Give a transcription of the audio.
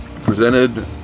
Presented